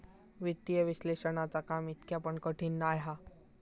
वित्तीय विश्लेषणाचा काम इतका पण कठीण नाय हा